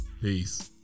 Peace